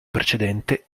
precedente